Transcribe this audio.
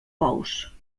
bous